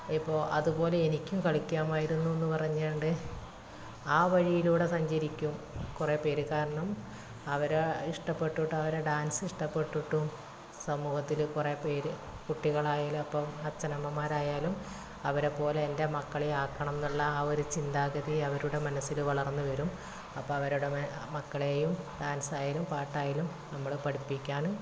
ഇപ്പോൾ അതുപോലെ എനിക്കും കളിക്കാമായിരുന്നു എന്നു പറഞ്ഞ് കൊണ്ട് ആ വഴിയിലൂടെ സഞ്ചരിക്കും കുറേ പേര് കാരണം അവരെ ഇഷ്ടപ്പെട്ടിട്ട് അവരെ ഡാൻസ് ഇഷ്ടപ്പെട്ടിട്ടും സമൂഹത്തിൽ കുറേ പേർ കുട്ടികളായാലും ഇപ്പം അച്ഛനമ്മമാരായാലും അവരെ പോലെ എൻ്റെ മക്കളേയും ആക്കണം എന്നുള്ള ആ ഒരു ചിന്താഗതി അവരുടെ മനസ്സിൽ വളർന്നു വരും അപ്പോൾ അവരുടെ മക്കളേയും ഡാൻസായാലും പാട്ടായാലും നമ്മൾ പഠിപ്പിക്കാനും